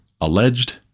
alleged